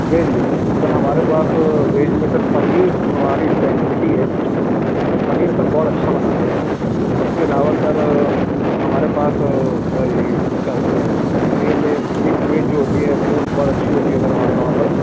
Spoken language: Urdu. ویج میں تو سر ہمارے پاس ویج میں سر پنیر ہماری اسپیشلیٹی ہے ہم لوگ پنیر سر بہت اچھا بناتے ہیں اس کے علاوہ سر ہمارے پاس کیا بولتے ہیں پنیر میں مکس ویج جو ہوتی ہے وہ بہت اچھی ہوتی ہے سر ہمارے وہاں پر